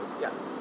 Yes